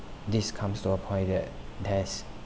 this comes to a point that there's